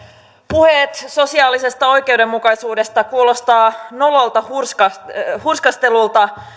puheet sosiaalisesta oikeudenmukaisuudesta kuulostavat nololta hurskastelulta hurskastelulta